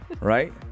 Right